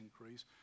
increase